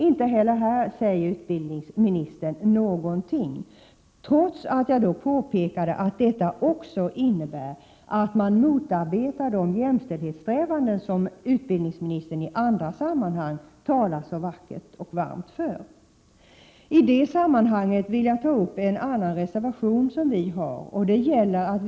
Inte heller på dessa frågor har jag fått svar, trots att jag påpekade att denna favorisering innebär ett motarbetande av de jämställdhetssträvanden som utbildningsministern i andra sammanhang talar så varmt för. I detta sammanhang vill jag beröra en reservation som folkpartiet har fogat till betänkandet.